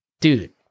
Dude